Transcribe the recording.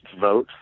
vote